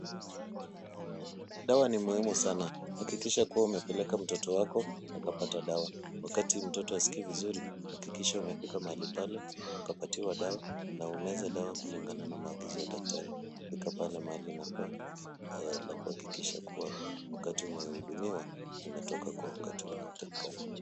Dawa ni muhimu sana, hakikisha kuwa umepeleka mtoto wako akapata dawa, wakati mtoto hasikii vizuri hakikisha umefika mahali pale ukapatiwa dawa na umeze dawa kulingana na maagizo ya daktari, fika pale mahali inafaa, alafu hakikisha kuwa wakati umehudumiwa umetoka kwa wakati unaotakikana.